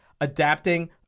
adapting